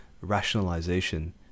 rationalization